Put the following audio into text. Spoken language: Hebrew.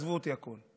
ותעזבו אותי הכול.